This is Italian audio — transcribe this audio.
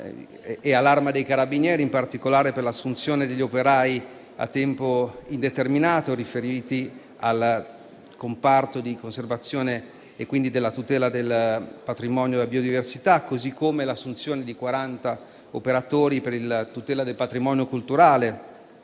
e all'Arma dei Carabinieri, per l'assunzione degli operai a tempo indeterminato riferiti al comparto di conservazione e tutela del patrimonio della biodiversità. Va anche annoverata l'assunzione di 40 operatori per la tutela del patrimonio culturale